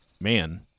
man